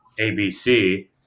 abc